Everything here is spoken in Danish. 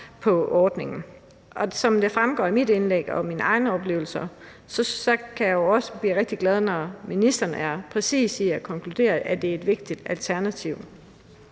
på ordningen. Som det fremgår af mit indlæg og af mine egne oplevelser, kan jeg jo også blive rigtig glad, når ministeren er præcis med at konkludere, at det er et vigtigt alternativ.